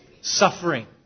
suffering